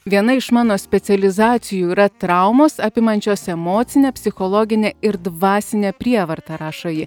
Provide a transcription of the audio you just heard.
viena iš mano specializacijų yra traumos apimančios emocinę psichologinę ir dvasinę prievartą rašo ji